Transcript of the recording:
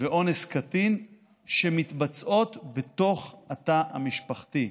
ואונס קטין שמתבצעות בתוך התא המשפחתי,